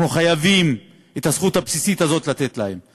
אנחנו חייבים את הזכות הבסיסית הזאת לתת להם.